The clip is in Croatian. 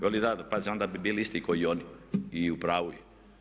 Veli da, pazi onda bi bili isti ko i oni i u pravu je.